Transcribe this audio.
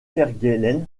kerguelen